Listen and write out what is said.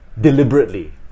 deliberately